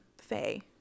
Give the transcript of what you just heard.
Faye